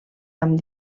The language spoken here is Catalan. amb